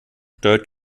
steuert